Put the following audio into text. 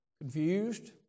confused